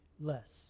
less